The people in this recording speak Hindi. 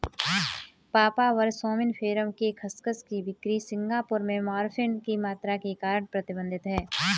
पापावर सोम्निफेरम के खसखस की बिक्री सिंगापुर में मॉर्फिन की मात्रा के कारण प्रतिबंधित है